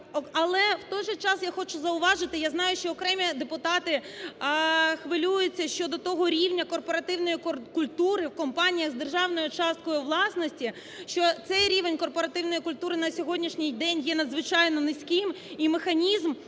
Але, в той же час, я хочу зауважити, я знаю, що окремі депутати хвилюються щодо того рівня корпоративної культури в компаніях з державною часткою власності, що цей рівень корпоративної культури на сьогоднішній день є надзвичайно низьким і механізм